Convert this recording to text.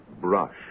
brush